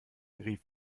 rief